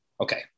okay